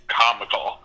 comical